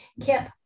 Kip